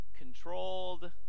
controlled